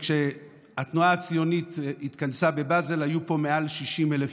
כשהתנועה הציונית התכנסה בבאזל היו פה מעל 60,000 יהודים.